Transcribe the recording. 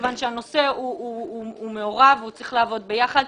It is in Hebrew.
מכיוון שהנושא הוא מעורב וצריך לעבוד ביחד.